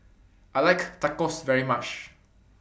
I like Tacos very much